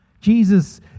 Jesus